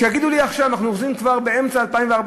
שיגידו לי עכשיו, אנחנו אוחזים כבר באמצע 2014: